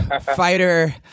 fighter